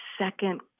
second